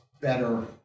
better